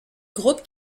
groupe